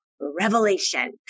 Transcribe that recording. revelation